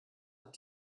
hat